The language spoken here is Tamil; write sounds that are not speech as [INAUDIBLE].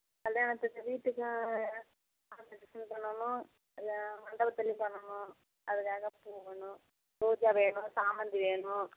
கல்யாணத்துக்கு வீட்டுக்கும் [UNINTELLIGIBLE] பண்ணணும் இத மண்டபத்துலேயும் பண்ணணும் அதுக்காக பூ வேணும் ரோஜா வேணும் சாமந்தி வேணும்